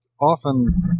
often